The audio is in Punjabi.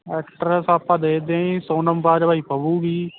ਐਕਟਰਸ ਆਪਾਂ ਦੇਖਦੇ ਹਾਂ ਜੀ ਸੋਨਮ ਬਾਜਵਾ ਹੀ ਪਊਗੀ ਜੀ